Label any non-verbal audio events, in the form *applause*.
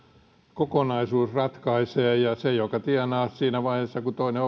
kokonaisuus ratkaisee ja se joka tienaa siinä vaiheessa kun toinen *unintelligible*